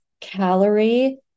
calorie